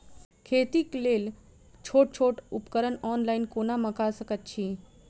खेतीक लेल छोट छोट उपकरण ऑनलाइन कोना मंगा सकैत छी?